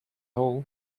all